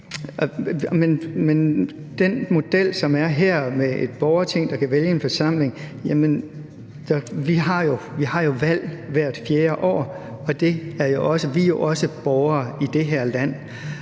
Men den model, som er her, er et borgerting, der kan vælge en forsamling. Men vi har jo valg hvert 4. år, og vi er også borgere i det her land.